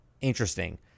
interesting